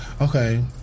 Okay